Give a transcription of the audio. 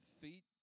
feet